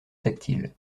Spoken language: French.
tactile